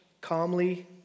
calmly